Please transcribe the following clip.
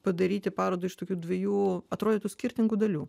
padaryti parodą iš tokių dviejų atrodytų skirtingų dalių